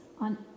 on